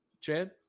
Chad